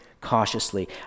cautiously